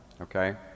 Okay